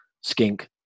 skink